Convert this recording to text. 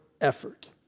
effort